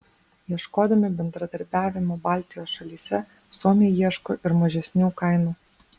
ieškodami bendradarbiavimo baltijos šalyse suomiai ieško ir mažesnių kainų